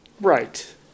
Right